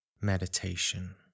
meditation